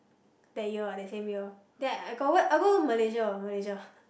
that year ah that same year then I got go wh~ I go Malaysia Malaysia